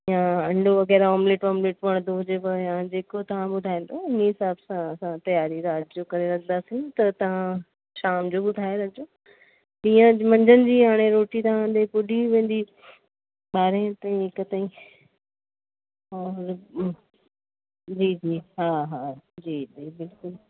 या अंडो वगै़रह ऑमलेट वॉमलेट वणदो हुजेव या जेको तव्हां ॿुधाईंदव उन हिसाब सां असां तयारी राति जो करे रखंदासीं त तव्हां शाम जो ॿुधाए रखिजो ॾींहुं मंझदि जी हाणे रोटी तव्हां ॾे पूॾी वेंदी ॿारहें ताईं हिक ताईं और जी जी हा हा जी जी बिल्कुलु